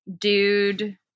dude